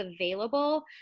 available